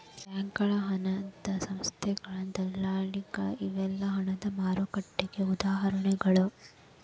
ಬ್ಯಾಂಕಗಳ ಹಣದ ಸಂಸ್ಥೆಗಳ ದಲ್ಲಾಳಿಗಳ ಇವೆಲ್ಲಾ ಹಣದ ಮಾರುಕಟ್ಟೆಗೆ ಉದಾಹರಣಿಗಳ